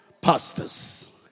Pastors